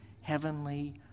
heavenly